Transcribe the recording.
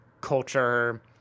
culture